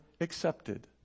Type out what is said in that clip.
accepted